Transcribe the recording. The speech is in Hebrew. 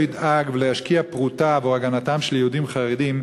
ידאג או ישקיע פרוטה עבור הגנתם של יהודים חרדים,